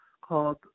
called